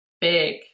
big